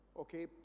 okay